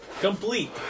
Complete